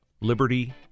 liberty